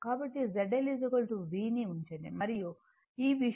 కాబట్టి ZL V ను ఉంచండి మరియు ఈ విషయం చేస్తే